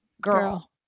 girl